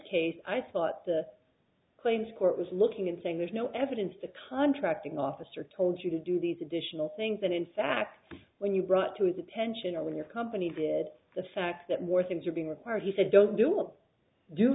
case i thought the claims court was looking and saying there's no evidence to contracting officer told you to do these additional things that in fact when you brought to his attention or when your company did the fact that more things were being required he said don't do